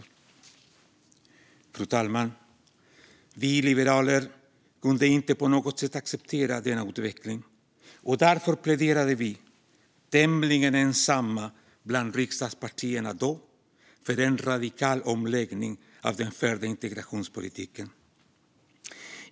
Fru talman! Vi liberaler kunde inte på något sätt acceptera denna utveckling, och därför pläderade vi, tämligen ensamma bland riksdagspartierna då, för en radikal omläggning av den förda integrationspolitiken.